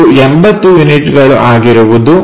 ಇದು 80 ಯೂನಿಟ್ಗಳು ಆಗಿರುವುದು